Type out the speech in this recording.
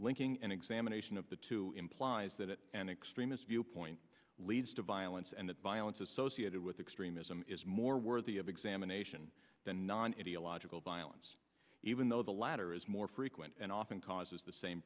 linking an examination of the two implies that an extremist viewpoint leads to violence and that violence associated with extremism is more worthy of examination the non it illogical violence even though the latter is more frequent and often causes the same